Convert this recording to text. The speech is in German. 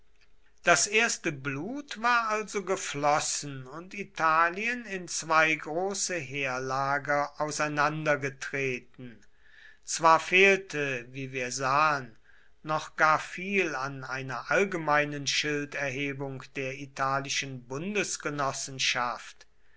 das erste blut war also geflossen und italien in zwei große heerlager auseinandergetreten zwar fehlte wie wir sahen noch gar viel an einer allgemeinen schilderhebung der italischen